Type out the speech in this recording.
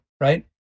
right